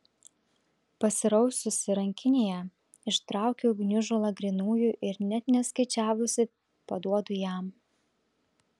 pasiraususi rankinėje ištraukiu gniužulą grynųjų ir net neskaičiavusi paduodu jam